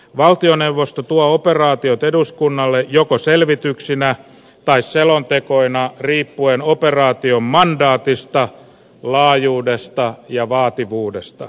valtioneuvosto tuo operaatiot eduskunnalle joko selvityksinä tai selontekoina riippuen operaation mandaatista laajuudesta ja vaativuudesta